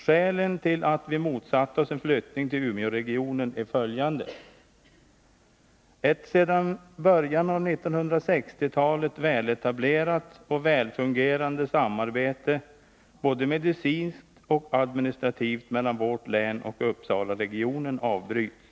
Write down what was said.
Skälen till att vi motsatt oss en flyttning till Umeåregionen är följande: Ett sedan början av 1960-talet väletablerat och välfungerande samarbete, både medicinskt och administrativt, mellan vårt län och Uppsalaregionen avbryts.